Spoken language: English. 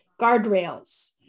guardrails